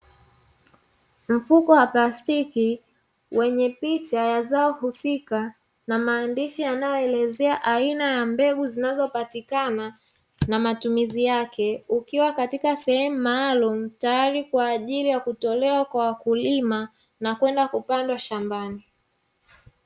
Mfuko wa plastiki wenye picha ya zao husika na maandishi yanayoeleza aina ya mbegu inayopatikana na matumizi yake ikiwa katika sehemu maalumu, tayari kwa ajili ya kutolewa kwa wakulima na kwenda kupandwa shambani.